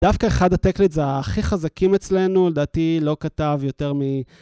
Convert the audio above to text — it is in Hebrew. דווקא אחד ה-tech leads הכי חזקים אצלנו, לדעתי, לא כתב יותר מ...